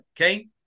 Okay